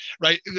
right